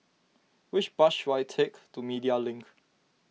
which bus should I take to Media Link